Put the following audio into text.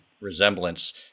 resemblance